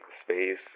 space